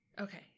Okay